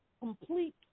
complete